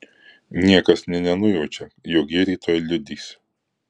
niekas nė nenujaučia jog ji rytoj liudys